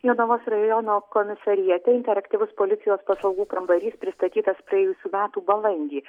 jonavos rajono komisariate interaktyvus policijos paslaugų kambarys pristatytas praėjusių metų balandį